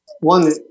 one